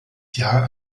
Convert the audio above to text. jahr